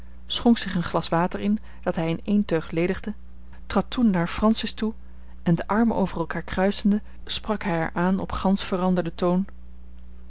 schonk zich een glas water in dat hij in één teug ledigde trad toen naar francis toe en de armen over elkaar kruisende sprak hij haar aan op gansch veranderden toon